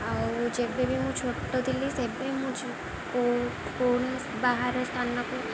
ଆଉ ଯେବେ ବି ମୁଁ ଛୋଟ ଥିଲି ସେବେ ମୁଁ ବାହାର ସ୍ଥାନକୁ